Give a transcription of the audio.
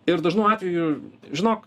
ir dažnu atveju žinok